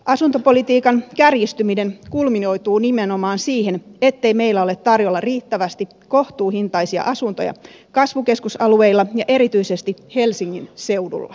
asuntopolitiikan kärjistyminen kulminoituu nimenomaan siihen ettei meillä ole tarjolla riittävästi kohtuuhintaisia asuntoja kasvukeskusalueilla ja erityisesti helsingin seudulla